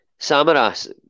Samaras